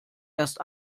erst